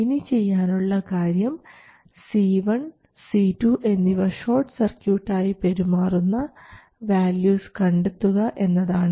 ഇനി ചെയ്യാനുള്ള കാര്യം C1 C2 എന്നിവ ഷോർട്ട് സർക്യൂട്ട് ആയി പെരുമാറുന്ന വാല്യൂസ് കണ്ടെത്തുക എന്നതാണ്